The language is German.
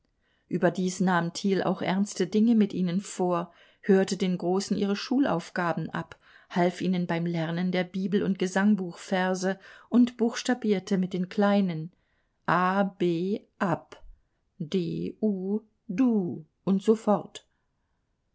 überdies nahm thiel auch ernste dinge mit ihnen vor hörte den großen ihre schulaufgaben ab half ihnen beim lernen der bibel und gesangbuchverse und buchstabierte mit den kleinen a b ab d u du und so